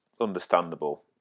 understandable